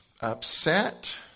upset